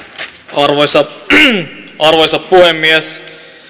arvoisa arvoisa puhemies